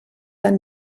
tant